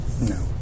No